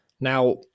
Now